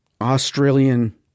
Australian